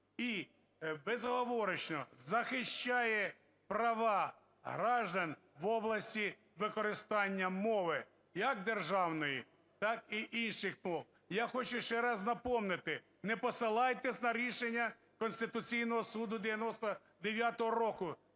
і безоговорочно захищає права граждан в області використання мови, як державної, так і інших мов. Я хочу ще раз напомнити, не посилайтеся на рішення Конституційного Суду 99-го року,